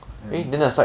and